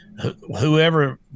whoever